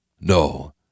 No